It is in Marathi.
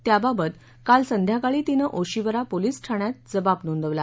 त्याबाबत काल संध्याकाळी तिनं ओशिवरा पोलीस ठाण्यात जबाब नोंदवला